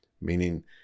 meaning